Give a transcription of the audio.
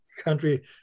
country